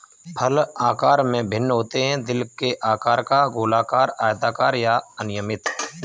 फल आकार में भिन्न होते हैं, दिल के आकार का, गोलाकार, आयताकार या अनियमित